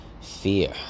fear